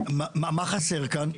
מה חסר כאן?